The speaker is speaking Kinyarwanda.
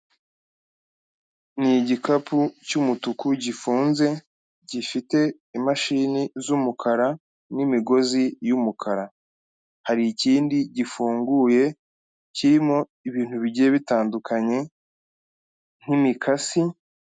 Ni igikapu cy'umutuku gifunze, gifite imashini z'umukara, n'imigozi y'umukara, hari ikindi gifunguye, kirimo ibintu bigiye bitandukanye nk'imikasi.